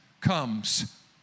comes